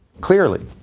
clearly.